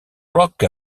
rock